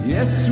Yes